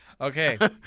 Okay